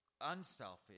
unselfish